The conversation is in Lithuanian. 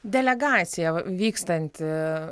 delegacija vykstanti